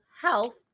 health